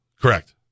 correct